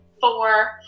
four